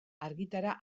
argitara